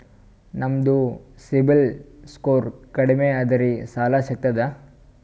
ನಮ್ದು ಸಿಬಿಲ್ ಸ್ಕೋರ್ ಕಡಿಮಿ ಅದರಿ ಸಾಲಾ ಸಿಗ್ತದ?